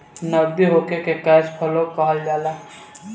नगदी होखे के कैश फ्लो कहल जाला